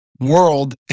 world